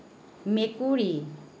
মেকুৰী